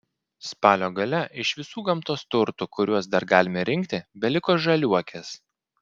spalio gale iš visų gamtos turtų kuriuos dar galime rinkti beliko žaliuokės